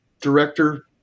director